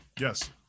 Yes